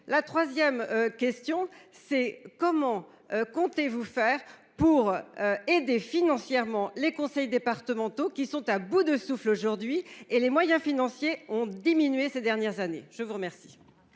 La 3ème question c'est, comment comptez-vous faire pour aider financièrement les conseils départementaux qui sont à bout de souffle aujourd'hui et les moyens financiers ont diminué ces dernières années. Je vous remercie.